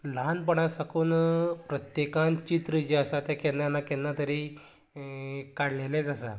ल्हानपणां साकून प्रत्येकान चित्र जे आसा ते केन्ना ना केन्ना तरी काडलेंलेच आसा